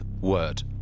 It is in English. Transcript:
word